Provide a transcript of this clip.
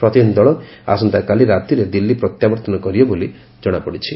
ପ୍ରତିନିଧି ଦଳ ଆସନ୍ତାକାଲି ରାତିରେ ଦିଲ୍ଲୀ ପ୍ରତ୍ୟାବର୍ଉନ କରିବେ ବୋଲି ଜଶାପଡ଼ିଛି